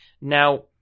now